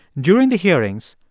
during the hearings,